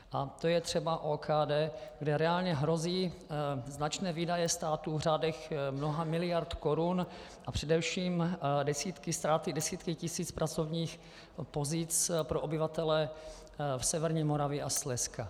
A to je třeba OKD, kde reálně hrozí značné výdaje státu v řádech mnoha miliard korun a především ztráty desítek tisíc pracovních pozic pro obyvatele severní Moravy a Slezska.